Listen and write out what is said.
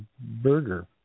burger